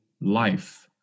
life